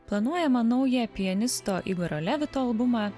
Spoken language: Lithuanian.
planuojamą naują pianisto igorio levito albumą